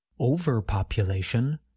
Overpopulation